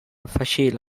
afegir